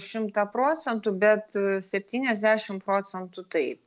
šimtą procentų bet septyniasdešim procentų taip